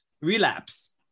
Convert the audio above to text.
relapse